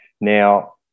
Now